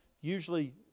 usually